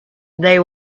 they